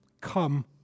Come